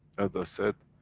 as i said,